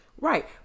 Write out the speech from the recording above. Right